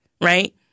right